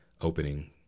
opening